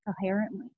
coherently